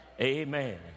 Amen